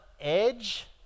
edge